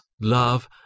love